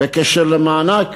בנושא מענק